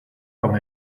con